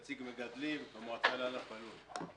נציג מגדלים המעצה לענף הלול.